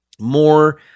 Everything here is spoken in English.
more